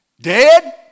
dead